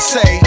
Say